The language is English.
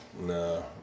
no